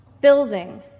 building